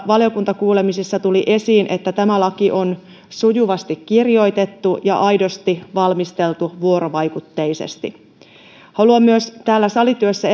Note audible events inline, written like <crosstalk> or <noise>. valiokuntakuulemisissa tuli esiin että tämä laki on sujuvasti kirjoitettu ja valmisteltu aidosti vuorovaikutteisesti haluan myös täällä salityössä <unintelligible>